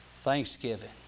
Thanksgiving